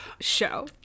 show